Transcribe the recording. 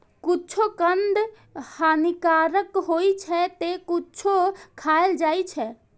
किछु कंद हानिकारक होइ छै, ते किछु खायल जाइ छै